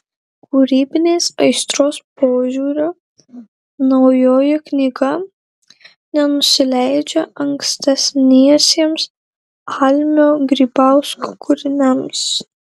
kūrybinės aistros požiūriu naujoji knyga nenusileidžia ankstesniesiems almio grybausko kūriniams